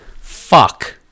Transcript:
fuck